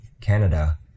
Canada